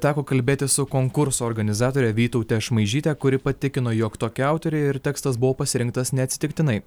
teko kalbėtis su konkurso organizatore vytaute šmaižyte kuri patikino jog tokie autoriai ir tekstas buvo pasirinktas neatsitiktinai